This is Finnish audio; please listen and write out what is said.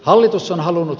hallitus on halunnut